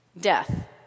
death